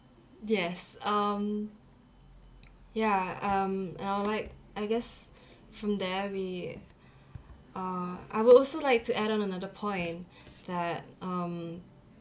yes um ya um and l would like I guess from there we uh I would also like to add on another point that um